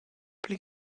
pli